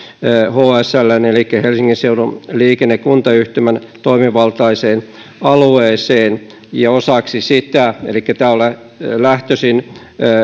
hsln eli helsingin seudun liikenne kuntayhtymän toimivaltaiseen alueeseen ja osaksi sitä on lähtöisin